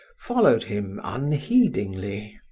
followed him unheedingly.